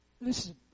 Listen